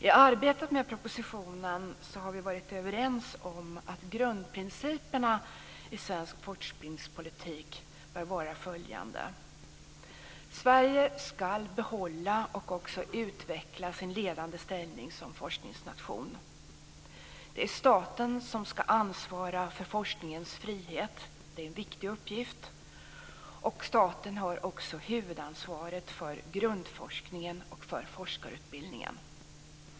I arbetet med propositionen har vi varit överens om att grundprinciperna i svensk forskningspolitik bör vara följande: Sverige ska behålla och också utveckla sin ledande ställning som forskningsnation. Det är staten som ska ansvara för forskningens frihet. Det är en viktig uppgift. Staten har också huvudansvaret för grundforskningen och för forskarutbildningen.